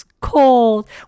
cold